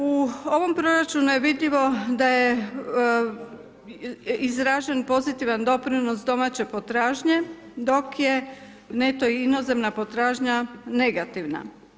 U ovom proračunu je vidljivo da je izražen pozitivan doprinos domaćem potražnje, dok je neto inozemna potražnja negativna.